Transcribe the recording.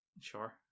sure